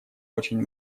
очень